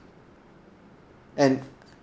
and